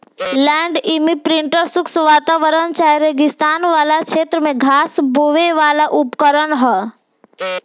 land imprinter शुष्क वातावरण चाहे रेगिस्तान वाला क्षेत्र में घास बोवेवाला उपकरण ह